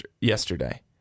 yesterday